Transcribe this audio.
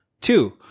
two